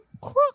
crook